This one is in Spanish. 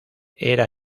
era